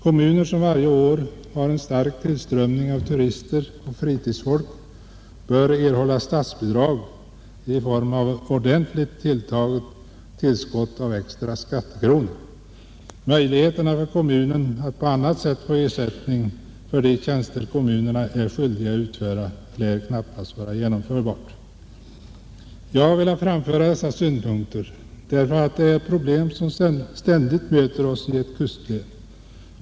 Kommuner som varje år har en stark tillströmning av turister och fritidsfolk bör erhålla statsbidrag i form av ordentligt tilltaget tillskott av extra skattekronor. Möjligheter för kommunerna att på annat sätt få ersättning för de tjänster de är skyldiga att utföra lär knappast kunna Jag har velat framföra dessa synpunkter därför att det här rör sig om problem som ständigt möter oss i ett kustlän.